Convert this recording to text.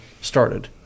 started